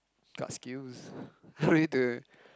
got skills free to